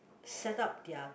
setup their